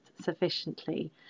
sufficiently